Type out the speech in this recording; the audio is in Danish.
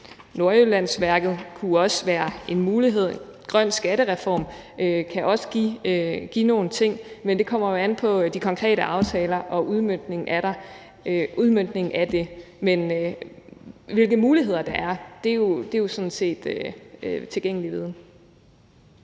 Nordjyllandsværket kunne også være en mulighed, og en grøn skattereform kan også give nogle ting, men det kommer jo an på de konkrete aftaler og udmøntningen af det. Men hvilke muligheder der er, er jo sådan set tilgængelig viden.